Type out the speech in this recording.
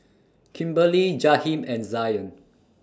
Kimberly Jaheem and Zion